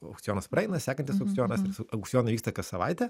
aukcionas praeina sekantis aukcionas aukcionai vyksta kas savaitę